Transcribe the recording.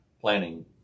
planning